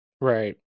Right